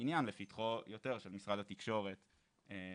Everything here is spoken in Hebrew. עניין יותר לפתחו של משרד התקשורת והשינויים